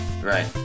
Right